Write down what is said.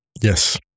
Yes